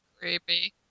Creepy